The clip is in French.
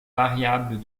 variables